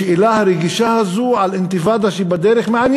מעניינת אתכם השאלה הרגישה הזאת על אינתיפאדה שהיא בדרך?